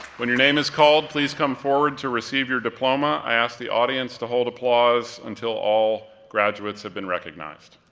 when your name is called, please come forward to receive your diploma. i ask the audience to hold applause until all graduates have been recognized.